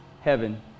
heaven